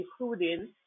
including